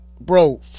Bro